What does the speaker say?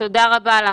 תודה רבה.